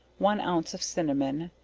one ounce of cinnamon,